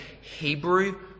Hebrew